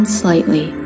slightly